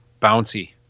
Bouncy